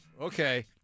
Okay